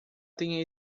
tenha